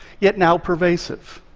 yet now pervasive.